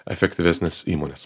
efektyvesnes įmones